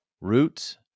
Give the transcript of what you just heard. roots